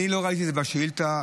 אני לא ראיתי את זה בשאילתה שלך.